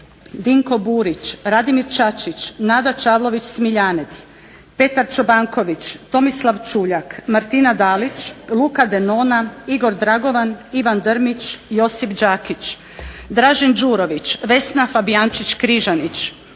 Dinko Burić, Radimir Čačić, Nada Čavlović Smiljanec, Petar Čobanković, Tomislav Čuljak, Martina Dalić, Luka Denona, Igor Dragovan, Ivan Drmić, Josip Đakić, Dražen Đurović, Vesna Fabijančić Križanić,